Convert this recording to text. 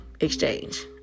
exchange